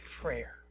prayer